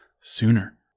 sooner